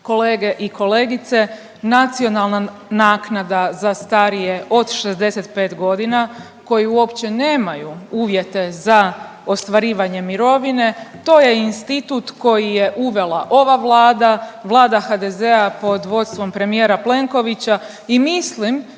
kolege i kolegice. Nacionalna naknada za starije od 65 godina koji uopće nemaju uvjete za ostvarivanje mirovine to je institut koji je uvela ova Vlada, Vlada HDZ-a pod vodstvom premijera Plenkovića i mislim